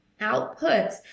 Outputs